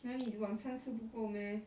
!huh! 你的晚餐吃不够 meh